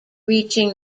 reaching